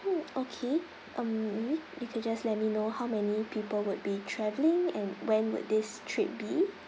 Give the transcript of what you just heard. hmm okay um maybe you could just let me know how many people would be travelling and when would this trip be